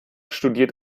studiert